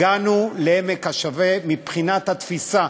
הגענו לעמק השווה מבחינת התפיסה,